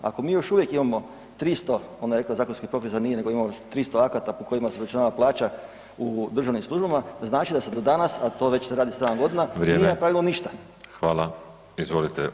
Ako mi još uvijek imamo 300, ona je rekla zakonskih propisa, nije nego imamo 300 akata po kojima se računa plaća u državnim službama, znači da se do danas, a to već se radi 7.g [[Upadica: Vrijeme]] nije napravilo ništa.